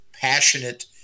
passionate